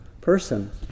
person